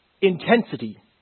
intensity